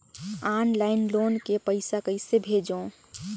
Online loan के पईसा कइसे भेजों?